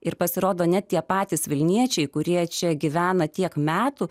ir pasirodo ne tie patys vilniečiai kurie čia gyvena tiek metų